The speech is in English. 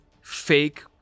fake